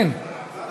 אין.